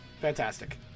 Fantastic